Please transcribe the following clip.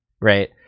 Right